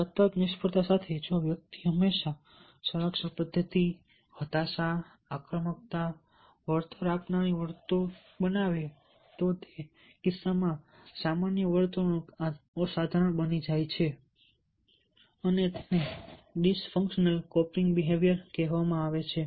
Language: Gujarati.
સતત નિષ્ફળતા સાથે જો વ્યક્તિઓ હંમેશા સંરક્ષણ પદ્ધતિ હતાશા આક્રમકતા વળતર આપનારી વર્તણૂક બતાવે છે તો તે કિસ્સામાં વ્યક્તિની સામાન્ય વર્તણૂક અસાધારણ બની જાય છે અને તેને ડિસ ફંક્શનલ કોપિંગ બિહેવિયર કહેવામાં આવે છે